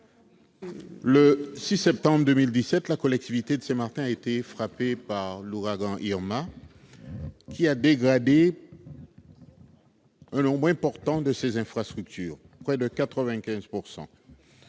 Le 6 septembre 2017, la collectivité de Saint-Martin a été frappée par l'ouragan Irma, qui a dégradé près de 95 % de ses infrastructures. Depuis